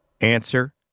Answer